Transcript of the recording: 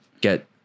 get